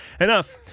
Enough